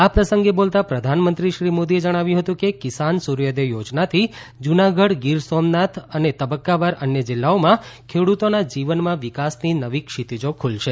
આ પ્રસંગે બોલતાં પ્રધાનમંત્રી શ્રી મોદીએ જણાવ્યું હતું કે કિસાન સુર્યોદય યોજનાથી જુનાગઢ ગીર સોમનાથ અને તબકકાવાર અન્ય જીલ્લાઓમાં ખેડુતોના જીવનમાં વિકાસની નવી ક્ષિતિજો ખુલશે